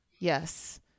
Yes